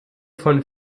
von